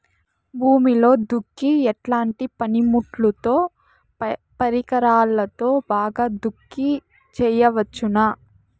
భూమిలో దుక్కి ఎట్లాంటి పనిముట్లుతో, పరికరాలతో బాగా దుక్కి చేయవచ్చున?